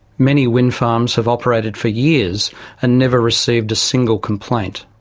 many wind farms have operated for years and never received a single complaint.